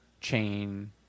chain